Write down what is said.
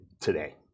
today